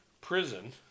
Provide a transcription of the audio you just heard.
prison